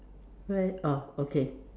where oh okay